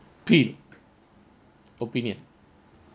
P opinion